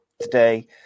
today